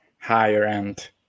higher-end